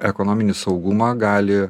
ekonominį saugumą gali